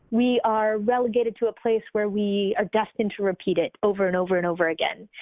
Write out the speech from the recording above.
we are relegated to a place where we are destined to repeat it over and over and over again.